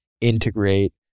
integrate